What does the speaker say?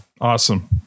Awesome